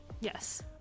yes